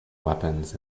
weapons